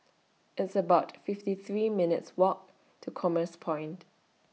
It's about fifty three minutes' Walk to Commerce Point